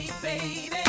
Baby